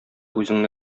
үзеңне